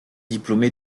diplômé